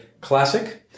classic